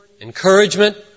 encouragement